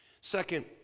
Second